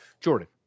Jordan